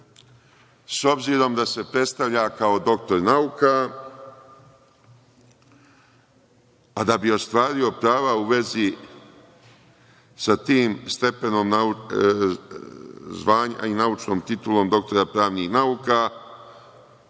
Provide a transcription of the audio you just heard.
s obzirom da se predstavlja kao doktor nauka, a da bi ostvario pravo u vezi sa tim stepenom zvanja i naučnom titulom doktora nauka